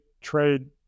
trade